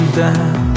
down